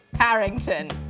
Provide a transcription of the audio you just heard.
harington.